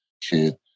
kid